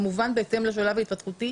כמובן בהתאם לשלב ההתפתחותי